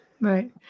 Right